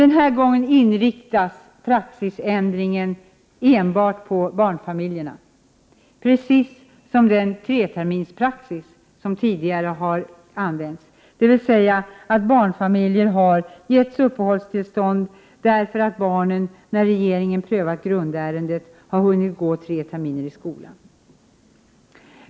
Den här gången inriktas dock praxisändringen enbart på barnfamiljerna, precis som i den treterminspraxis som tidigare har använts, dvs. att barnfamiljer har getts uppehållstillstånd därför att barnen, när regeringen prövat grundärendet, har hunnit gå tre terminer i skolan.